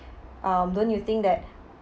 um don't you think that